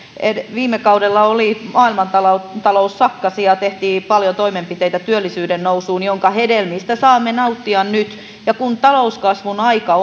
viime kaudella maailmantalous sakkasi ja tehtiin paljon toimenpiteitä työllisyyden nousuun joiden hedelmistä saamme nauttia nyt ja kun talouskasvun aika